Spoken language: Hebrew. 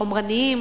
חומרניים,